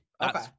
Okay